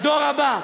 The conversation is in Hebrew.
על הדור הבא,